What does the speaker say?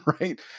right